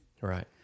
Right